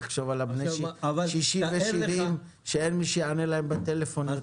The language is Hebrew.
תחשוב על בני ה-60 ו-70 שאין מי שיענה להם בטלפון.